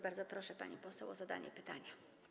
Bardzo proszę, pani poseł, o zadanie pytania.